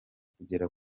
kugera